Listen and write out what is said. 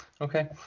Okay